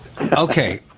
Okay